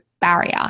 barrier